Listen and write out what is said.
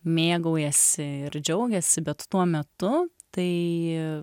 mėgaujasi ir džiaugiasi bet tuo metu tai